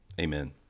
Amen